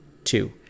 Two